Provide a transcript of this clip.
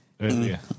Earlier